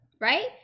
Right